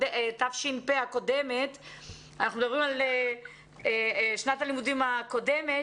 אנחנו מדברים על שנת הלימודים הקודמת.